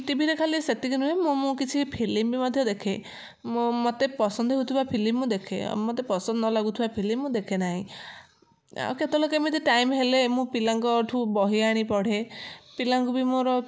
ଟିଭିରେ ଖାଲି ସେତିକି ନୁହେଁ ମୁଁ ମୋ କିଛି ଫିଲ୍ମ ବି ମଧ୍ୟ ଦେଖେ ମୁଁ ମତେ ପସନ୍ଦ ହଉଥିବା ଫିଲ୍ମ ମୁଁ ଦେଖେ ଆଉ ମତେ ପସନ୍ଦ ନଲାଗୁଥିବା ଫିଲ୍ମ ମୁଁ ଦେଖେ ନାହିଁ ଆଉ କେତେବେଳେ କେମିତି ଟାଇମ ହେଲେ ମୁଁ ପିଲାଙ୍କଠୁ ବହି ଆଣି ପଢ଼େ ପିଲାଙ୍କୁ ବି ମୋର